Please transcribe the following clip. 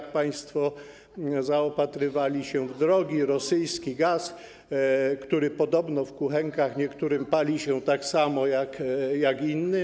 kiedy państwo zaopatrywali się w drogi rosyjski gaz, który podobno w kuchenkach u niektórych pali się tak samo jak inny.